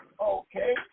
okay